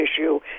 issue